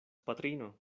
patrino